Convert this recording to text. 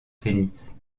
tennis